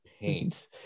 paint